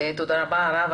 תודה רבה הרב.